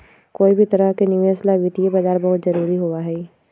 कोई भी तरह के निवेश ला वित्तीय बाजार बहुत जरूरी होबा हई